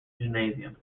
gymnasium